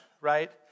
right